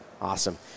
Awesome